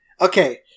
Okay